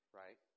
right